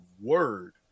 word